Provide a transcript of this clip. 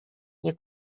nie